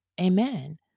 Amen